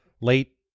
late